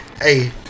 Hey